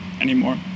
anymore